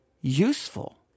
useful